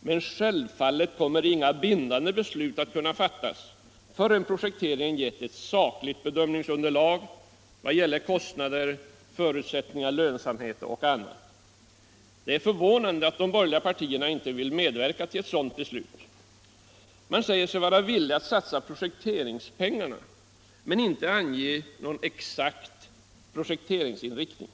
men självfallet kommer inga bindande beslut att kunna fattas förrän projekteringen gett ett sakligt bedömningsunderlag vad gäller kostnader, förutsättningar, lönsamhet och annat. Det är förvånande att de borgerliga partierna inte vill medverka till ett sådant beslut. Man säger sig vara villig att satsa projekteringspengarna men inte att ange någon exakt projekteringsinriktning.